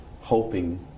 hoping